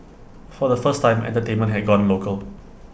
for the first time entertainment had gone local